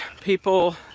People